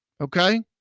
Okay